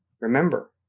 remember